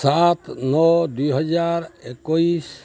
ସାତ ନଅ ଦୁଇ ହଜାର ଏକୋଇଶି